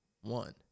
one